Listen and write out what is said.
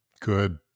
good